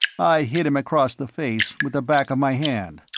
i hit him across the face with the back of my hand.